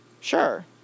Sure